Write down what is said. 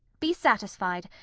be satisfied,